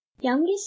Youngest